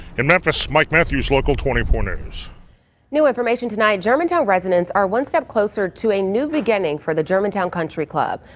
in memphis, mike matthews, local twenty four news. annette new information tonight. germantown residents are one step closer to a new beginning for the germantown country club.